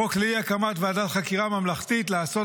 חוק לאי-הקמת ועדת חקירה ממלכתית לאסון